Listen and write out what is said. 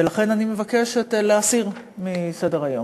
ולכן אני מבקשת להסיר מסדר-היום.